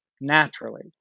naturally